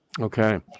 Okay